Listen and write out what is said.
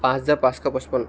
পাঁচ হাজাৰ পাঁচশ পঁচপন্ন